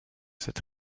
cette